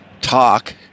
talk